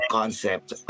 concept